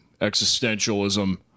Existentialism